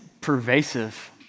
pervasive